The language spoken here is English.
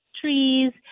trees